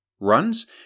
runs